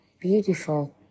beautiful